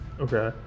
Okay